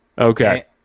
Okay